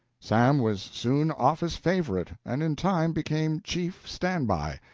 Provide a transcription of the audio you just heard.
sam was soon office favorite and in time became chief stand-by.